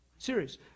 Serious